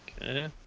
Okay